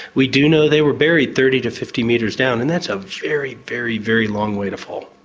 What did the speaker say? we do know they were buried thirty to fifty metres down, and that's a very, very very long way to fall.